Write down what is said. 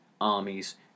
armies